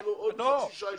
לנו עוד חצי שעה לדיון.